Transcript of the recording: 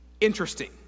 interesting